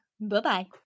Bye-bye